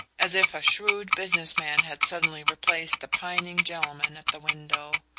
as if a shrewd businessman had suddenly replaced the pining gentleman at the window.